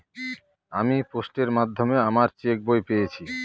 আমি পোস্টের মাধ্যমে আমার চেক বই পেয়েছি